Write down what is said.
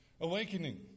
Awakening